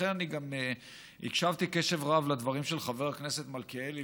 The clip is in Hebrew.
לכן אני גם הקשבתי קשב רב לדברים של חבר הכנסת מלכיאלי,